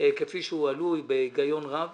כפי שהועלו בהיגיון רב